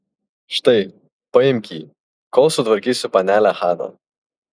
štai paimk jį kol sutvarkysiu panelę haną